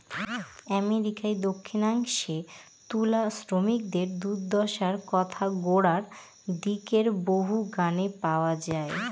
আমেরিকার দক্ষিনাংশে তুলা শ্রমিকদের দূর্দশার কথা গোড়ার দিকের বহু গানে পাওয়া যায়